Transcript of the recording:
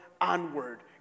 onward